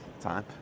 time